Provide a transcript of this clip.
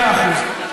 מאה אחוז.